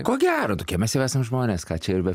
ko gero tokie mes jau esam žmonės ką čia ir be